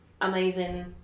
amazing